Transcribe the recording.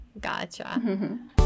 gotcha